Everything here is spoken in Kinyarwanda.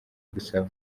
gusaba